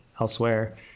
elsewhere